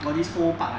got this whole part ah